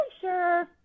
sure